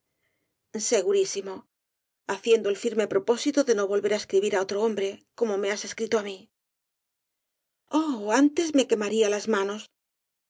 segurísimo haciendo el firme propósito de no volver á escribir á otro hombre como me has escrito á mí oh antes me quemaría las manos